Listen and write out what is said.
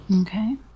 Okay